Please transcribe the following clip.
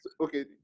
Okay